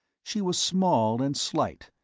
she was small and slight,